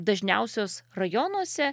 dažniausios rajonuose